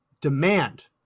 demand